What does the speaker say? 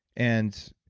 and